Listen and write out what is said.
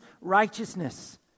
righteousness